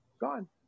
gone